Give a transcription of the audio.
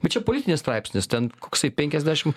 bet čia politinis straipsnis ten koksai penkiasdešim